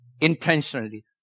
intentionally